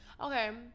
Okay